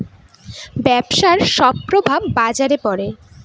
ব্যবসার সব প্রভাব বাজারে পড়ে